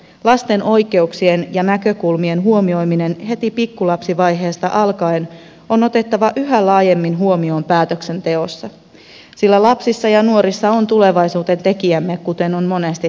lasten oikeuksien ja näkökulmien huomioiminen heti pikkulapsivaiheesta alkaen on otettava yhä laajemmin huomioon päätöksenteossa sillä lapsissa ja nuorissa on tulevaisuuden tekijämme kuten on monesti todettu